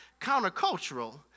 Countercultural